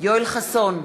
יואל חסון,